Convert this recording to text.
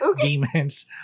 demons